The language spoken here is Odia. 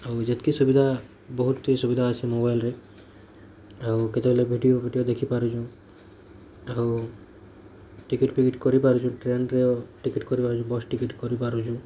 ଆଉ ଯେତିକି ସୁବିଧା ବହୁଟି ସୁବିଧା ଅଛି ମୋବାଇଲ୍ରେ ଆଉ କେତେବେଲେ ଭିଡ଼ିଓ ଫିଡ଼ିଓ ଦେଖି ପାରୁଛୁ ଆଉ ଟିକେଟ୍ ଫିକେଟ୍ କରୁ ପାରୁଛୁ ଟ୍ରେନ୍ରେ ଟିକେଟ୍ କରି ବସ୍ ଟିକେଟ୍ କରି ପାରୁଛୁ